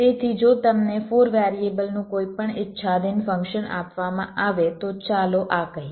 તેથી જો તમને 4 વેરિએબલનું કોઈપણ ઈચ્છાધીન ફંક્શન આપવામાં આવે તો ચાલો આ કહીએ